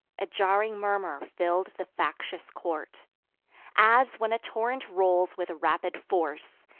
a jarring murmur fill'd the factious court as, when a torrent rolls with rapid force,